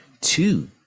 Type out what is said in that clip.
two